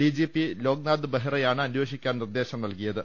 D G P Loknath ബെഹ്റയാണ് അന്വേഷിക്കാൻ നിർദേശം നൽകിയ ത്